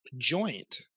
joint